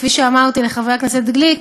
כפי שאמרתי לחבר הכנסת גליק,